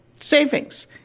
savings